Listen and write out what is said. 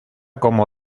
como